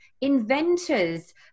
inventors